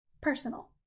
personal